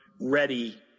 ready